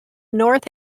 north